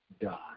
die